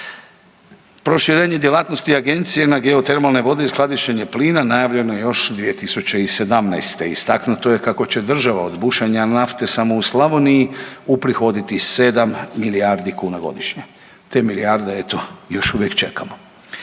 Proširenje djelatnosti agencije na geotermalne vode i skladištenje plina najavljeno je još 2017., istaknuto je kako će država od bušenja nafte samo u Slavoniji uprihoditi 7 milijardi kuna godišnje. Te milijarde eto još uvijek čekamo.